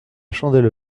chandelle